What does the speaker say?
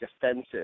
defensive